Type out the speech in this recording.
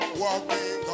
walking